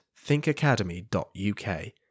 thinkacademy.uk